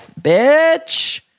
bitch